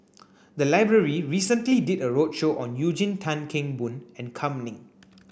the library recently did a roadshow on Eugene Tan Kheng Boon and Kam Ning